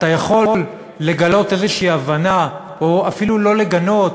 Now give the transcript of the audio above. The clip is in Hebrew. אתה יכול לגלות הבנה כלשהי או אפילו לא לגנות,